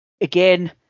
Again